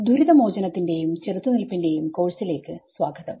ദുരിത മോചനത്തിന്റെയും ചെറുത്തുനിൽപ്പിന്റെയും കോഴ്സിലേക്ക് സ്വാഗതം